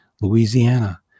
Louisiana